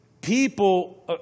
people